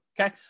okay